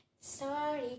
sorry